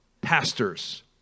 pastors